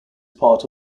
part